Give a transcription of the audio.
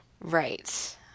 Right